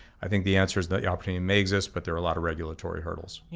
i think the answer is that the opportunity may exist, but there are a lot of regulatory hurdles. yeah